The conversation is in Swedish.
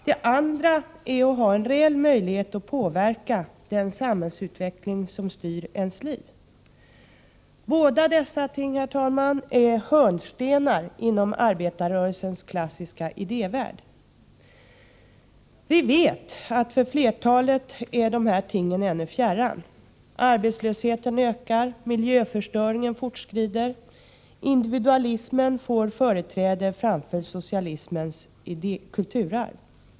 Det andra är att ha en reell möjlighet att påverka den samhällsutveckling som styr ens liv. Båda dessa ting, herr talman, är hörnstenar inom arbetarrörelsens klassiska idévärld. Vi vet att dessa ting för flertalet ännu är fjärran. Arbetslösheten ökar, miljöförstöringen fortskrider, individualismen får företräde framför socialismens kulturarv.